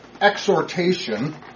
exhortation